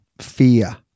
fear